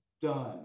Done